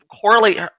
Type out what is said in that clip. correlate